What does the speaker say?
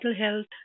health